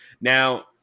Now